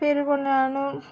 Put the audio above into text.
తిరుగున్నాను